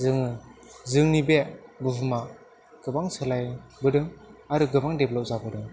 जों जोंनि बे बुहुमा गोबां सोलाय बोदों आरो गोबां डेभलप जाबोदों